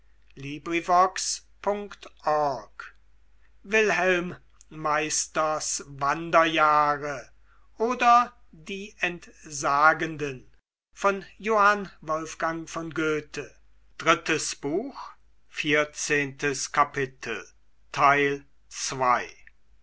wilhelm meisters wanderjahre oder die entsagenden